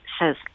says